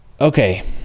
Okay